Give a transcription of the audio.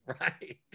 right